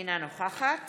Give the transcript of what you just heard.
אינה נוכחת